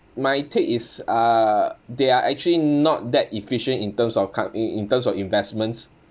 my take is uh they are actually not that efficient in terms of c~ in in terms of investments